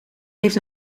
heeft